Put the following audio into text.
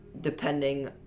depending